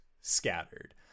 scattered